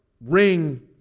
ring